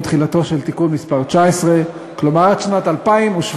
תחילתו של תיקון מס' 19, כלומר עד שנת 2017,